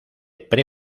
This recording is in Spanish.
pre